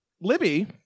libby